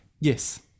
Yes